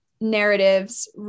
narratives